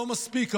לא מספיק,